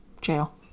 Jail